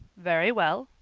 very well.